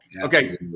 Okay